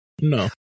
No